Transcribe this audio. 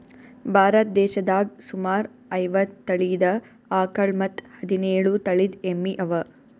ಭಾರತ್ ದೇಶದಾಗ್ ಸುಮಾರ್ ಐವತ್ತ್ ತಳೀದ ಆಕಳ್ ಮತ್ತ್ ಹದಿನೇಳು ತಳಿದ್ ಎಮ್ಮಿ ಅವಾ